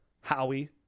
Howie